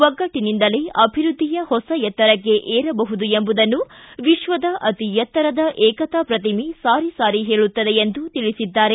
ಒಗ್ಗಟ್ಟನಿಂದಲೇ ಅಭಿವೃದ್ದಿಯ ಹೊಸ ಎತ್ತರಕ್ಕೆ ಏರಬಹುದು ಎಂಬುದನ್ನು ವಿಶ್ವದ ಅತೀ ಎತ್ತರದ ಏಕತಾ ಪ್ರತಿಮೆ ಸಾರಿ ಸಾರಿ ಹೇಳುತ್ತದೆ ಎಂದು ತಿಳಿಸಿದ್ದಾರೆ